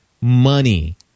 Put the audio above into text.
money